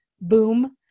boom